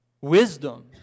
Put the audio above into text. Wisdom